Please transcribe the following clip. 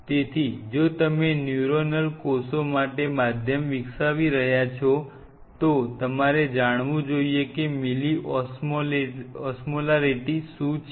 તેથી જો તમે ન્યુરોનલ કોષો માટે માધ્યમ વિકસાવી રહ્યા છો તો તમારે જાણવું જોઈએ કે મિલઓસ્મોલેરિટી શું છે